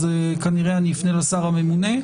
אז כנראה אני אפנה לשר הממונה.